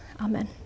Amen